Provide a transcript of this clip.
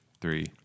three